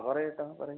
പറ ഏട്ടാ പറയ്